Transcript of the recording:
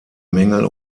mängel